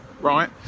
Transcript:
right